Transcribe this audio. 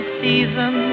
season